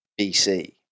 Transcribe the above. BC